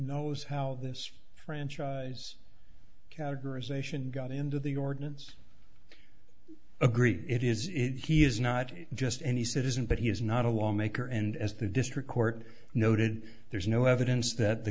knows how this franchise categorisation got into the ordinance agree it is it he is not just any citizen but he is not a lawmaker and as the district court noted there is no evidence that the